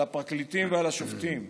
על הפרקליטים ועל השופטים.